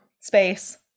space